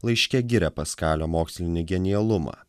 laiške giria paskalio mokslinį genialumą